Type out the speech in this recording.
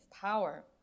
power